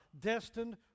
destined